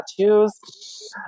tattoos